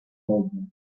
baldwin